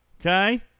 Okay